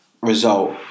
result